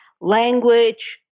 language